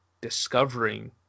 discovering